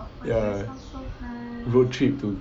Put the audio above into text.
ya road trip to